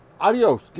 Adios